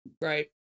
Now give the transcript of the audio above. Right